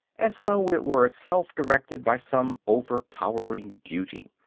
as though it were itself directed by some overpowering duty.